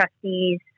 trustees